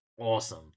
awesome